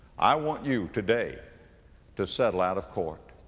i want you today to settle out of court.